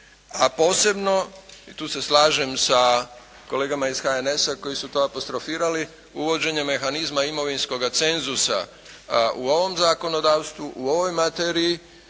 A posebno, i tu se slažem sa kolegama iz HNS-a koji su to apostrofirali uvođenjem mehanizma imovinskoga cenzusa u ovom zakonodavstvu u ovoj materiji